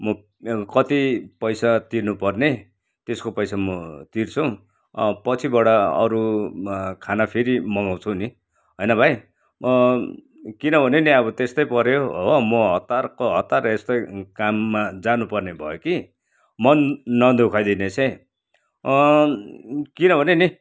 म कति पैसा तिर्नु पर्ने त्यसको पैसा म तिर्छु पछिबाट अरू खाना फेरि मगाउँछु नि होइन भाइ किनभने नि अब त्यस्तै पऱ्यो हो म हतारको हतार यस्तै काममा जानु पर्ने भयो कि मन नदुखाइदिनोस् है किनभने नि